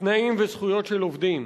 תנאים וזכויות של עובדים.